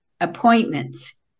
appointments